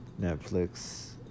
Netflix